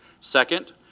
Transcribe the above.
Second